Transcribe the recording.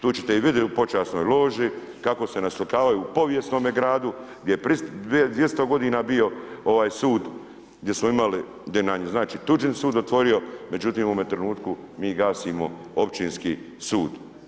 Tu ćete ih vidjeti u počasnoj loži kako se naslikavaju u povijesnome gradu gdje je 200 godina bio sud, gdje smo imali, gdje nam je znači tuđin sud otvorio međutim u ovome trenutku mi gasimo Općinski sud.